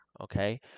okay